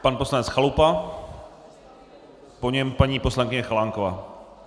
Pan poslanec Chalupa, po něm paní poslankyně Chalánková.